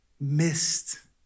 missed